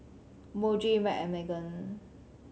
Muji M and Megan